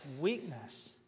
weakness